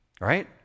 right